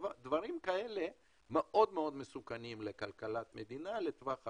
דברים כאלה מאוד מסוכנים לכלכת מדינה לטווח ארוך.